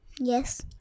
Yes